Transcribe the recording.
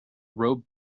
rope